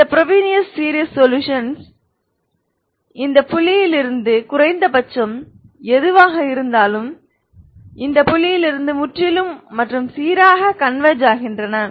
இந்த Frobenius series solutions இந்த புள்ளியில் இருந்து குறைந்தபட்சம் எதுவாக இருந்தாலும் இந்த புள்ளியில் இருந்து முற்றிலும் மற்றும் சீராக கன்வெர்ஜ் ஆகின்றன